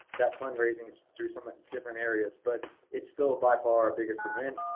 that fundraising is through some and different areas, but it's still by far, our biggest event.